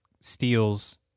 steals